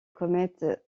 comète